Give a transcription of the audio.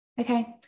Okay